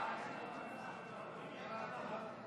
לא נתקבלה.